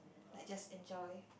like just enjoy